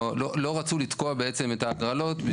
לא רצו לתקוע בעצם את ההגרלות.